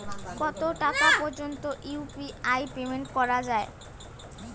কত টাকা পর্যন্ত ইউ.পি.আই পেমেন্ট করা যায়?